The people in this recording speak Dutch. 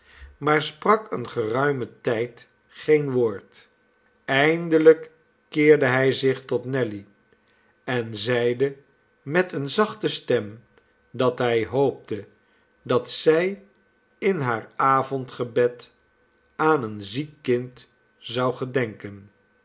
maar sprak een geruimen tijd geen woord eindelijk keerde hij zich tot nelly en zeide met eene zachte stem dat hij hoopte dat zij in haar avondgebed aan een ziek kind zou gedenken